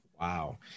Wow